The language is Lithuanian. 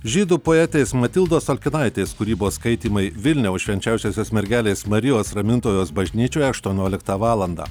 žydų poetės matildos olkinaitės kūrybos skaitymai vilniaus švenčiausiosios mergelės marijos ramintojos bažnyčioje aštuonioliktą valandą